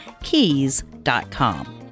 keys.com